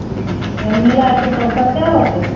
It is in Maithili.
हूँ सब मिलाएके तब कतेक होतै